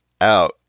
out